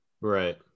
right